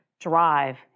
drive